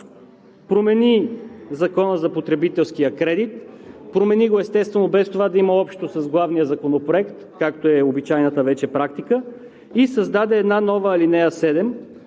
промени Закона за потребителския кредит, промени го, естествено, без това да има общо с главния законопроект, както е обичайната вече практика, и създаде една нова ал. 7.